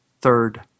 third